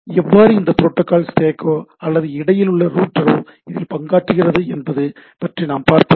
எவ்வாறு இந்த ப்ரோட்டோகால் ஸ்டேக்கோ அல்லது இடையில் உள்ள ரூட்டரோ இதில் பங்காற்றுகிறது என்பது பற்றி நாம் பார்ப்பதில்லை